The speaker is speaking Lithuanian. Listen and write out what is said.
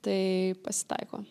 tai pasitaiko